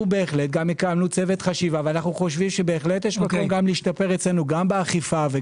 אנחנו גם הקמנו צוות חשיבה וחושבים שיש מקום להשתפר אצלנו גם באכיפה.